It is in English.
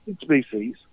species